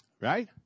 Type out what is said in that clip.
right